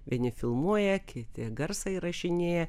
vieni filmuoja kiti garsą įrašinėja